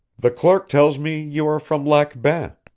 the clerk tells me you are from lac bain.